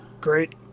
great